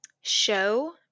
show